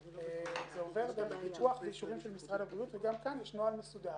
זה עובר בפיקוח ואישורים של משרד הבריאות וגם כאן יש נוהל מסודר.